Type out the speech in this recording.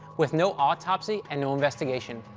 with no autopsy and no investigation.